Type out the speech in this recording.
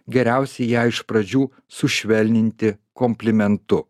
geriausiai ją iš pradžių sušvelninti komplimentu